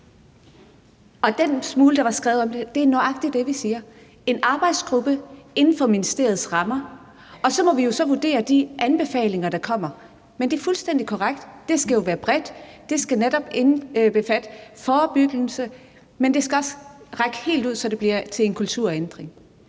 den smule, der var skrevet om det, er nøjagtig det, vi siger; en arbejdsgruppe inden for ministeriets rammer, og så må vi jo så vurdere de anbefalinger, der kommer. Men det er fuldstændig korrekt, at det jo skal være bredt, det skal netop indbefatte forebyggelse, og det skal også række helt ud, så det bliver til en kulturændring.